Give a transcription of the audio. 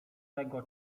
tego